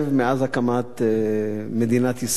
מאז הקמת מדינת ישראל,